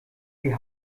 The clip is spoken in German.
die